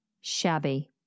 shabby